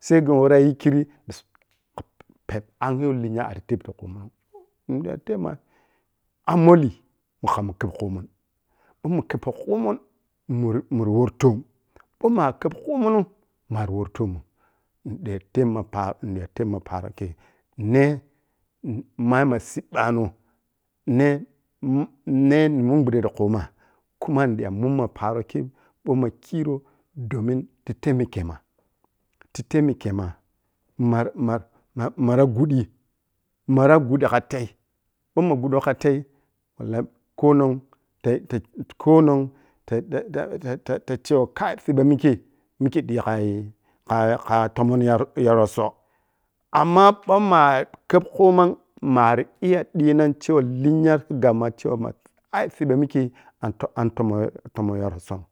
Saigho warra yin kirri pa angyi weh lenya arri teb ti khugham toh niƌa tebma ammolli muhamma kheb khumun ummun khebo khumun mur-muri worri toom ɓou mari kheb khumunm mari worri toomin nida eh ma paro-nidai tebma paro kei neh nm-mma meh siɓɓano neh nm-nmna gbudde ti khu ma kuma ni ƌai munma paro kei ɓou ma khirou domin ti taimekemah, ti taimekemah mar-mar-mara ghuƌƌi mara ghuƌƌi ka tei ɓou ma gbuƌƌou ka tei wallahi konong tat-tatitukho konong tayi-ta-tat-ta cewan kai siɓɓa mikkei-mikkei dikha kha-kha tomonim yagarotso amma ɓou ma kheb khumam mari iya diinan cewa linya ti gagh macewa mah ai siɓɓa mikkei an tomon-a’n tomon ya rotson